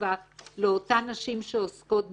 אלטרנטיבה לאותן נשים שעוסקות בזנות.